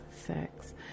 sex